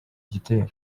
gitero